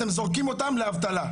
אתם זורקים אותן לאבטלה,